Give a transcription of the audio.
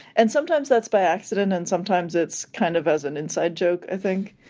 and sometimes that's by accident and sometimes it's kind of as an inside joke, i think.